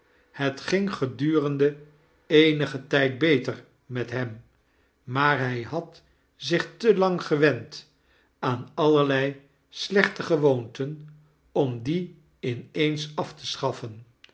het ging gedurende eenigen tijd beter met hem maar hij had zich te lang gewend aan allerlei slechte gewoonten om die in eens af te schaffen